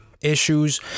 issues